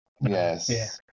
yes